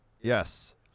yes